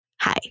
hi